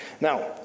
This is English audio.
Now